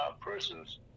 persons